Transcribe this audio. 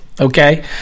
Okay